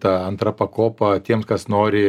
ta antra pakopa tiems kas nori